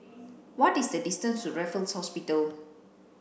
what is the distance to Raffles Hospital